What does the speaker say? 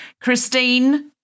Christine